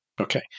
Okay